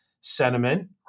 sentiment